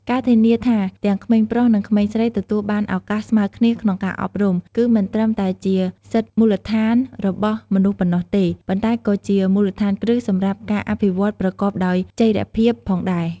ការធានាថាទាំងក្មេងប្រុស និងក្មេងស្រីទទួលបានឳកាសស្មើគ្នាក្នុងការអប់រំ គឺមិនត្រឹមតែជាសិទ្ធិមូលដ្ឋានរបស់មនុស្សប៉ុណ្ណោះទេ ប៉ុន្តែក៏ជាមូលដ្ឋានគ្រឹះសម្រាប់ការអភិវឌ្ឍប្រកបដោយចីរភាពផងដែរ។